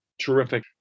terrific